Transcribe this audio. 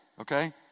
okay